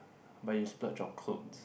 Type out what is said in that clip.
but you splurge on clothes